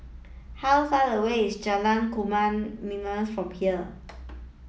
how far away is Jalan Kayu Manis from here